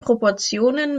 proportionen